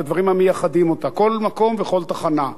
את הדברים המייחדים אותה כל מקום וכל תחנה.